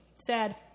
Sad